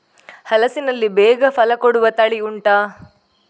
ಹಲಸಿನಲ್ಲಿ ಬೇಗ ಫಲ ಕೊಡುವ ತಳಿ ಉಂಟಾ